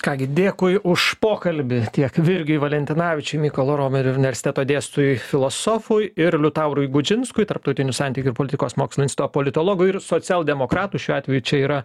ką gi dėkui už pokalbį tiek virgiui valentinavičiui mykolo romerio universiteto dėstytojui filosofui ir liutaurui gudžinskui tarptautinių santykių ir politikos mokslų instituto politologui ir socialdemokratui šiuo atveju čia yra